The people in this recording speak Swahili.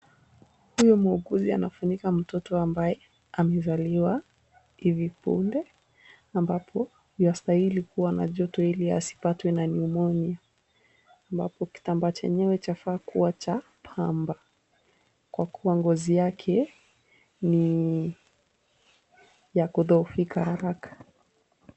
Huyu muuguzi anafunika mtoto ambaye amezaliwa hivi punde, ambapo yuastahili kuwa na joto ili asipatwe na Pneumonia . Ambapo kitambaa chenyewe chafaa kuwa cha pamba kwa kuwa ngozi yake ni ya kudhoofika haraka.